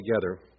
together